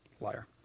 Liar